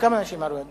כמה נשים ערביות?